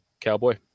cowboy